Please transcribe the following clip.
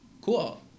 Cool